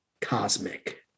cosmic